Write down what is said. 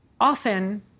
often